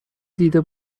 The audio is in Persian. دیده